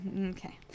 okay